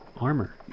armor